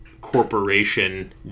corporation